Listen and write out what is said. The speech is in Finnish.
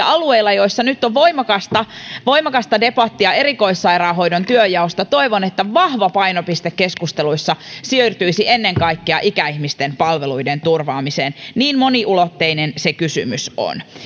alueilla joissa nyt on voimakasta voimakasta debattia erikoissairaanhoidon työnjaosta vahva painopiste keskusteluissa siirtyisi ennen kaikkea ikäihmisten palveluiden turvaamiseen niin moniulotteinen se kysymys on